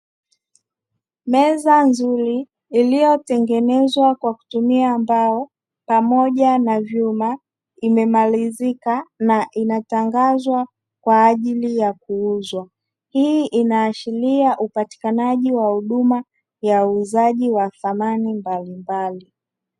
Meza nzuri iliyotengenezwa kwa kutumia mbao pamoja na vyuma imemalizika na inatangazwa kwa ajili ya kuuzwa, hii inaashiria upatikanaji wa huduma ya uuzaji wa samani mbali mbali.